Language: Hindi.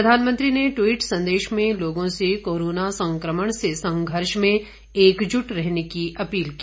प्रधानमंत्री ने ट्वीट संदेश में लोगों से कोरोना संक्रमण से संघर्ष में एकजुट रहने की अपील की